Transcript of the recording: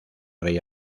rey